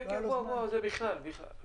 כן, זה בכלל.